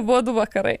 buvo du vakarai